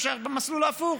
אפשר ללכת במסלול ההפוך: